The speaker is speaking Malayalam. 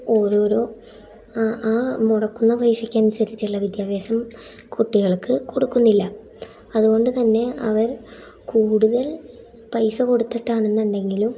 ഓരോരോ ആ ആ മുടക്കുന്ന പൈസക്കനുസരിച്ചുള്ള വിദ്യാഭ്യാസം കുട്ടികൾക്ക് കൊടുക്കുന്നില്ല അതുകൊണ്ടു തന്നെ അവർ കൂടുതൽ പൈസ കൊടുത്തിട്ടാണെന്നുണ്ടെങ്കിലും